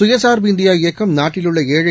சுயசார்பு இந்தியா இயக்கம் நாட்டிலுள்ளஏழை